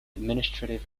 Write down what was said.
administrative